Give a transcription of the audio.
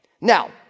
Now